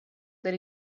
that